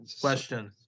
Question